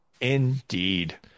Indeed